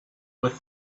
with